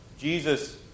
Jesus